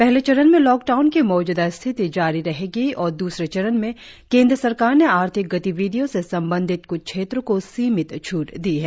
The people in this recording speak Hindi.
पहले चरण में लॉकडाउन की मौजूदा स्थिति जारी रहेगी और द्रसरे चरण में केंद्र सरकार ने आर्थिक गतिविधियों से संबंधित क्छ क्षेत्रो को सीमित छूट दी है